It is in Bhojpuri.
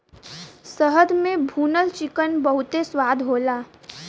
शहद में भुनल चिकन बहुते स्वाद होला